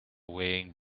wearing